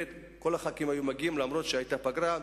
כל חברי הכנסת היו מגיעים למרות הפגרה.